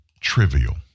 trivial